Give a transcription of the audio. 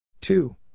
Two